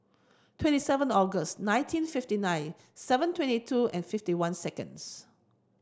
twenty seven August nineteen fifty nine seven twenty two and fifty one seconds